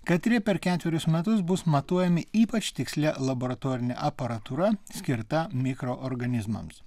katrie per ketverius metus bus matuojami ypač tikslia laboratorine aparatūra skirta mikroorganizmams